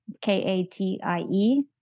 K-A-T-I-E